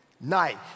night